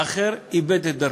האחר איבד את דרכו.